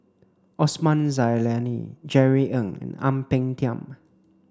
Osman Zailani Jerry Ng and Ang Peng Tiam